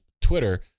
Twitter